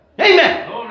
amen